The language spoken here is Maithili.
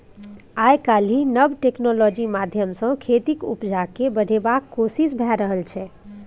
आइ काल्हि नब टेक्नोलॉजी माध्यमसँ खेतीक उपजा केँ बढ़ेबाक कोशिश भए रहल छै